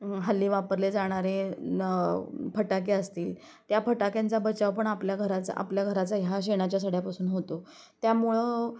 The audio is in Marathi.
हल्ली वापरले जाणारे न फटाके असतील त्या फटाक्यांचा बचाव पण आपल्या घराचा आपल्या घराचा हया शेणाच्या सड्यापासून होतो त्यामळे